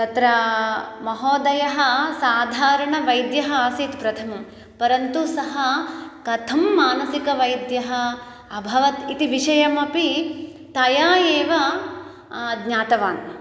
तत्र महोदयः साधारणवैद्यः आसीत् प्रथमम् परन्तु सः कथं मानसिकवैद्यः अभवत् इति विषयं अपि तया एव ज्ञातवान्